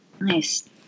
Nice